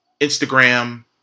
Instagram